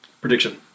Prediction